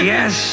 Yes